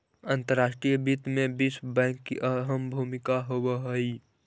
अंतर्राष्ट्रीय वित्त में विश्व बैंक की अहम भूमिका होवअ हई